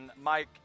Mike